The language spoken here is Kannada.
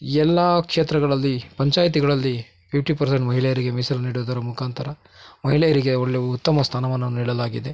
ಎಲ್ಲಾ ಕ್ಷೇತ್ರಗಳಲ್ಲಿ ಪಂಚಾಯ್ತಿಗಳಲ್ಲಿ ಫಿಫ್ಟಿ ಪರ್ಸೆಂಟ್ ಮಹಿಳೆಯರಿಗೆ ಮೀಸಲು ನೀಡುದರ ಮುಖಾಂತರ ಮಹಿಳೆಯರಿಗೆ ಒಳ್ಳೆ ಉತ್ತಮ ಸ್ಥಾನಮಾನವನ್ನು ನೀಡಲಾಗಿದೆ